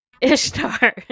Ishtar